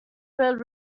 felt